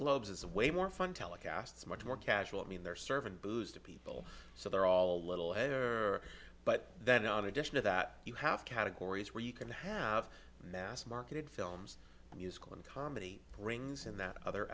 globes is way more fun telecasts much more casual i mean they're serving booze to people so they're all a little edgier but that on addition to that you have categories where you can have mass marketed films and music and comedy brings in that other